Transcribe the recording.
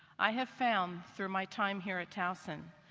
i have found, through my time here at towson,